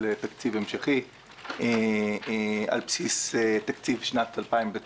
לתקציב המשכי על בסיס תקציב שנת 2019,